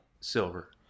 Silver